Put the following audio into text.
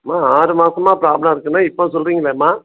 ம்மா ஆறு மாதமா ப்ராப்லம் இருக்குனா இப்போ சொல்லுறிங்களேம்மா